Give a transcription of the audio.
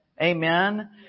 Amen